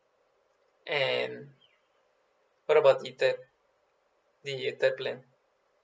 and what about the third the third plan